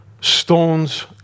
stones